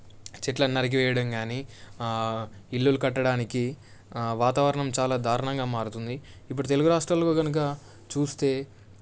చెట్లను నరికివేయడం కానీ ఇల్లులు కట్టడానికి వాతావరణం చాలా దారుణంగా మారుతుంది ఇప్పుడు తెలుగు రాష్ట్రాల్లో కనుక చూస్తే